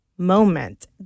moment